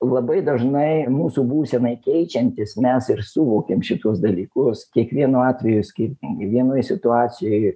labai dažnai mūsų būsenai keičiantis mes ir suvokėm šituos dalykus kiekvienu atveju skirtingai vienoj situacijoj